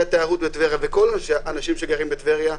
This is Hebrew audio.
התיירות בטבריה וכל האנשים שגרים בטבריה,